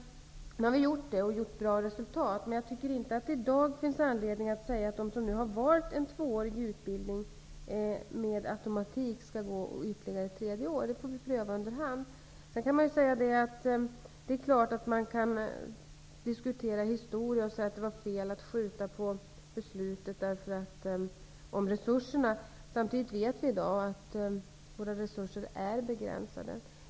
Nu har vi gjort det, och fått bra resultat. Men jag tycker inte att det i dag finns anledning att säga att de som nu har valt en tvåårig utbildning med automatik skall gå ett tredje år. Det får vi pröva efter hand. Det är klart att man kan diskutera historia och säga att det var fel att skjuta på beslutet om resurserna. Samtidigt vet vi i dag att våra resurer är begränsade.